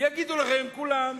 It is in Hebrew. יגידו לכם כולם: